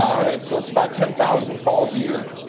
all right, so it's about ten thousand calls a year.